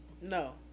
No